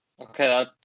Okay